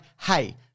hey